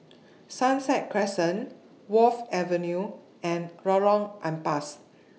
Sunset Crescent Wharf Avenue and Lorong Ampas